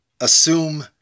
assume